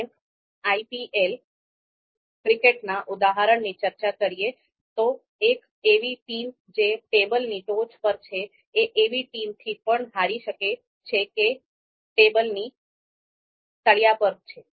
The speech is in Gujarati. જેમ આઈપીએલ ક્રિકેટના ઉદાહરણની ચર્ચા કરીએ તો એક એવી ટીમ જે ટેબલની ટોચ પર છે એ એવી ટીમ થી પણ હારી શકે છે કે ટેબલની તળિયાપર છે